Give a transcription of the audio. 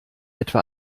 etwa